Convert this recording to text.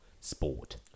sport